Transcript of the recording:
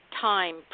time